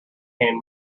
hand